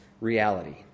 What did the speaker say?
reality